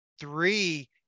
three